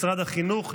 משרד החינוך,